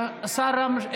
אני לא שר.